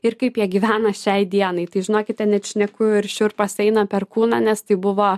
ir kaip jie gyvena šiai dienai tai žinokite net šneku ir šiurpas eina per kūną nes tai buvo